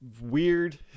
weird